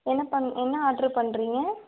என்ன பண் என்ன ஆட்ரு பண்ணுறீங்க